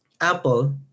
Apple